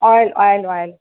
oil oil oil